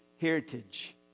heritage